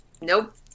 Nope